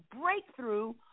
breakthrough